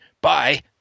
bye